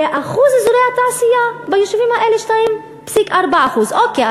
ואחוז אזורי התעשייה ביישובים האלה 2.4%. אוקיי,